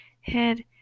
head